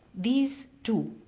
these two,